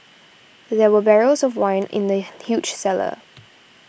there were barrels of wine in the huge cellar